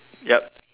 yup